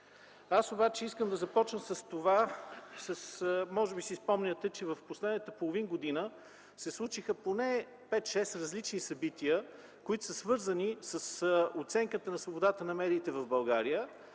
Аз обаче искам да започна с това. Може би си спомняте, че през последната половин година се случиха поне 5-6 различни събития, свързани с оценката на свободата на медиите в България.